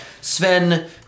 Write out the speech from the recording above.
Sven